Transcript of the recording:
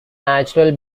natural